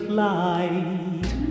light